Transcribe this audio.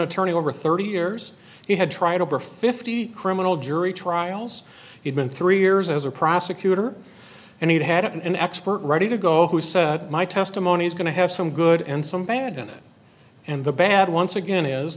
ttorney over thirty years he had tried over fifty criminal jury trials he'd been three years as a prosecutor and he'd had an expert ready to go who said my testimony is going to have some good and some bad in it and the bad once again is